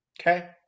Okay